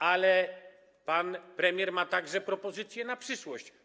Ale pan premier ma także propozycje na przyszłość.